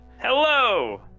Hello